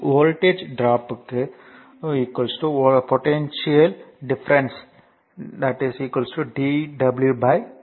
voltage ட்ரோப்க்கு potential difference dw dq